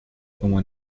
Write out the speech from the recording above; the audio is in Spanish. como